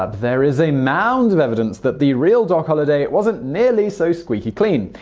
ah there is a mound of evidence that the real doc holliday wasn't nearly so squeaky clean.